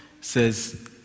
says